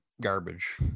garbage